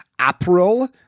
April